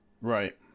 Right